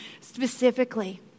specifically